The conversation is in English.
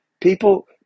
People